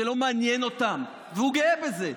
זה לא מעניין אותם, והוא גאה בזה.